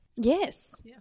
Yes